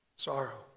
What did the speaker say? Sorrow